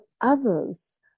others